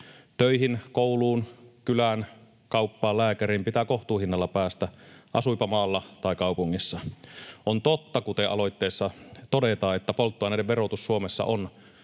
Töihin, kouluun, kylään, kauppaan ja lääkäriin pitää kohtuuhinnalla päästä, asuipa maalla tai kaupungissa. On totta, kuten aloitteessa todetaan, että polttoaineiden verotus Suomessa on